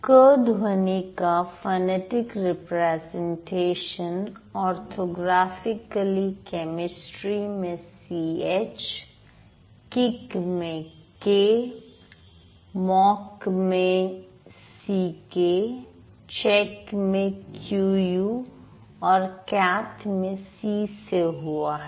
क ध्वनि का फनेटिक रिप्रेजेंटेशन ऑर्थोग्राफिकली केमिस्ट्री में सी एच किक में के मॉक में सीके चैक में क्यू यू और कैट में सी से हुआ है